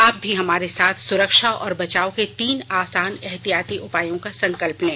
आप भी हमारे साथ सुरक्षा और बचाव के तीन आसान एहतियाती उपायों का संकल्प लें